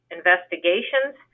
investigations